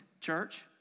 church